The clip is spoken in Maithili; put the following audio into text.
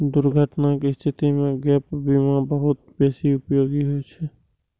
दुर्घटनाक स्थिति मे गैप बीमा बहुत बेसी उपयोगी होइ छै